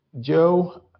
joe